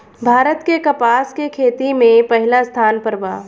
भारत के कपास के खेती में पहिला स्थान पर बा